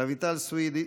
רויטל סויד,